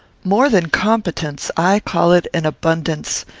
more than competence. i call it an abundance.